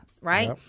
Right